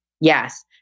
Yes